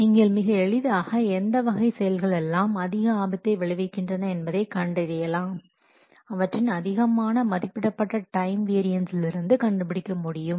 நீங்கள் மிக எளிதாக எந்த வகை செயல்கள் எல்லாம் அதிக ஆபத்தை விளைவிக்கின்றன என்பதை கண்டறியலாம் அவற்றின் அதிகமாக மதிப்பிடப்பட்ட டைம் வேரியன்ஸ்லிருந்து கண்டுபிடிக்க முடியும்